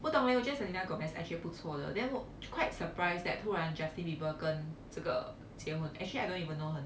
不懂 leh 我觉得 selena gomez actually 不错的 then quite surprised that 突然 justin bieber 跟这个结婚 actually I don't even know her name